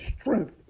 strength